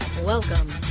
Welcome